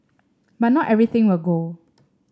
but not everything will go